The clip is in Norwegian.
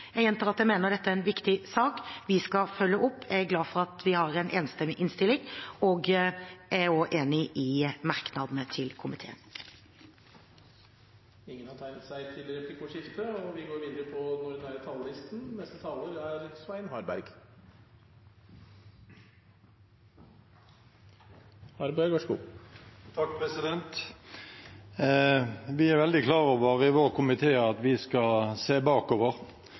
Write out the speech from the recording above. Jeg gjentar at jeg mener at dette er en viktig sak. Vi skal følge opp. Jeg er glad for at vi har en enstemmig innstilling, og jeg er også enig i merknadene til komiteen. De talere som heretter får ordet, har en taletid på inntil 3 minutter. Vi er veldig klar over i vår komité at vi skal se bakover,